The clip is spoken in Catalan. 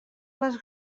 les